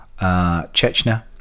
chechnya